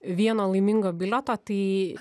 vieno laimingo bilieto tai